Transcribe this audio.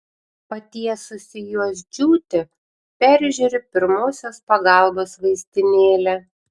patiesusi juos džiūti peržiūriu pirmosios pagalbos vaistinėlę